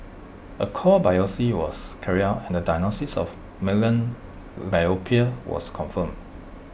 A core biopsy was carried out and the diagnosis of malignant lymphoma was confirmed